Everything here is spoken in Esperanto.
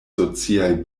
sociaj